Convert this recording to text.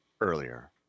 earlier